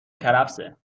کرفسه